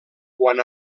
quan